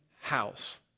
house